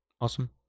Awesome